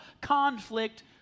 conflict